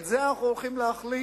את זה אנחנו הולכים להחליט.